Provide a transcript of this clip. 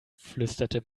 flüsterte